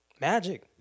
Magic